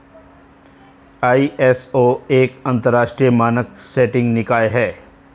ISO एक अंतरराष्ट्रीय मानक सेटिंग निकाय है